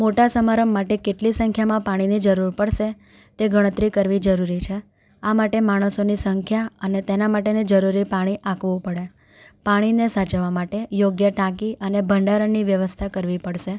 મોટા સમારંભ માટે કેટલી સંખ્યામાં પાણીની જરૂર પડશે તે ગણતરી કરવી જરૂરી છે આ માટે માણસોની સંખ્યા અને તેના માટેની જરૂરી પાણી આંકવું પડે પાણીને સજાવવા માટે યોગ્ય ટાંકી અને ભંડારાની વ્યવસ્થા કરવી પડશે